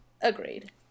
Agreed